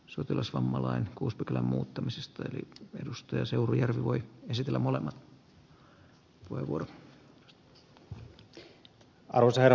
sotilasvammalain kuuspykälän muuttamisesta ykn edustaja seurujärvi arvoisa herra puhemies